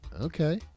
Okay